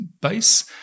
base